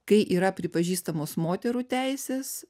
kai yra pripažįstamos moterų teisės